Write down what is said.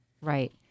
right